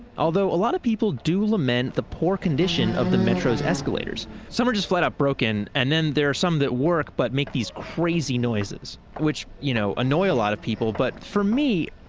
although a lot of people do lament the poor condition of the metro's escalators. some are just flat-out broken and then there are some that work but make these crazy noises. which, you know, annoy a lot of people, but for me,